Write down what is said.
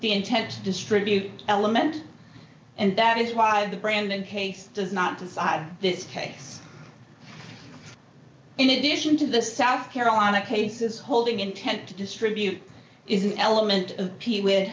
the intent to distribute element and that is why the brandon case does not decide this case in addition to the south carolina cases holding intent to distribute is an element of people with